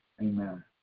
Amen